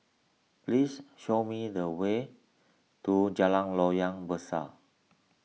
please show me the way to Jalan Loyang Besar